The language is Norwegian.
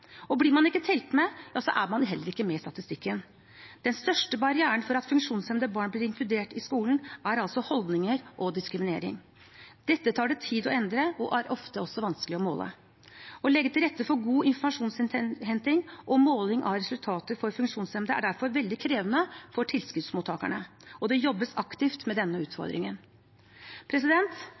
Blir man ikke telt med, er man heller ikke med i statistikken. Den største barrieren for at funksjonshemmede barn blir inkludert i skolen, er altså holdninger og diskriminering. Dette tar tid å endre og er ofte også vanskelig å måle. Å legge til rette for god informasjonsinnhenting og måling av resultater for funksjonshemmede er derfor veldig krevende for tilskuddsmottakerne. Det jobbes aktivt med denne